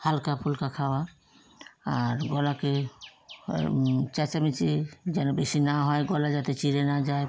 হালকা ফুলকা খাওয়া আর গলাকে আর চেঁচামেচি যেন বেশি না হয় গলা যাতে চিরে না যায়